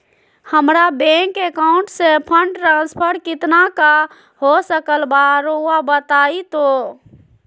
हमरा bank account से fund transfer कितना का हो सकल बा रुआ बताई तो?